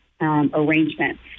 arrangements